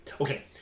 okay